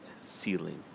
ceiling